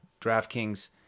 DraftKings